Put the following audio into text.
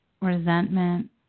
resentment